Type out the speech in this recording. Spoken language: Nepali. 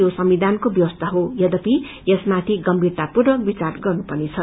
यो संविधानको व्यवस्था हो यद्याप ि यसमाथि गम्भीरतापूर्वक विचार गर्नपेर्नेछ